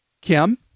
Kim